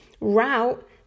route